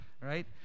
Right